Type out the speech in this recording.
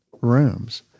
rooms